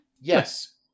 Yes